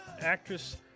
actress